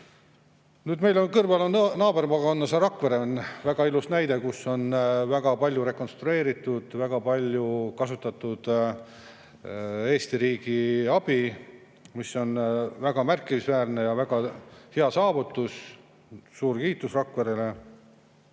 Meil naabermaakonnas Rakvere on väga ilus näide, kus on väga palju rekonstrueeritud, väga palju kasutatud Eesti riigi abi, mis on väga märkimisväärne ja väga hea saavutus. Suur kiitus Rakverele!